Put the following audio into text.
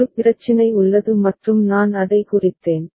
ஒரு பிரச்சினை உள்ளது மற்றும் நான் அதை குறித்தேன்